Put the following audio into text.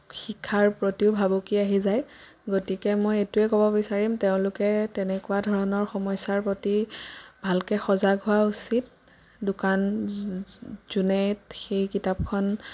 শিক্ষাৰ প্ৰতিও ভাবুকি আহি যায় গতিকে মই এইটোৱে ক'ব বিচাৰিম তেওঁলোকে তেনেকুৱা ধৰণৰ সমস্যাৰ প্ৰতি ভালকৈ সজাগ হোৱা উচিত দোকান যোনে সেই কিতাপখন